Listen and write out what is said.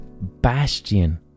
bastion